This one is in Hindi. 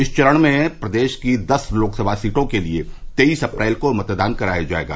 इस चरण में प्रदेश की दस लोकसभा सीटों के लिये तेईस अप्रैल को मतदान कराया जायेगा